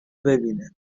ببینه